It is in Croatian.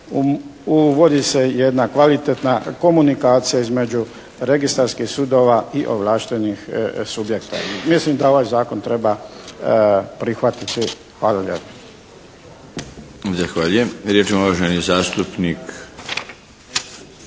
uvodi se jedna kvalitetna komunikacija između registarskih sudova i ovlaštenih subjekata. Mislim da ovaj zakon treba prihvatiti. Hvala lijepa. **Milinović, Darko